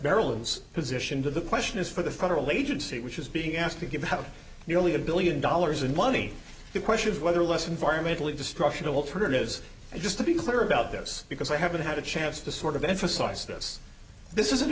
barrels position to the question is for the federal agency which is being asked to give have nearly a billion dollars in money the question of whether less environmentally destruction alternatives and just to be clear about this because i haven't had a chance to sort of emphasize this this is